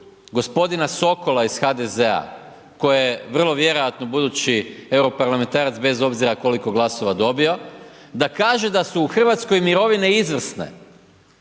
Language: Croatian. g. Sokola iz HDZ-a koji je vrlo vjerojatno budući europarlamentarac bez obzira koliko glasova dobio, da kaže da su u Hrvatskoj mirovine izvrsne.